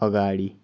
अगाडि